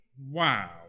wow